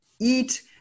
eat